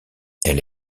elle